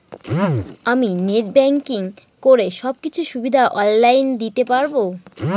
আমি net banking করে সব কিছু সুবিধা অন লাইন দিতে পারবো?